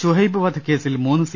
ശുഹൈബ് വധക്കേസിൽ മൂന്ന് സി